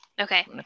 Okay